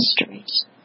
mysteries